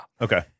Okay